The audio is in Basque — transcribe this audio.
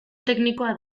teknikoa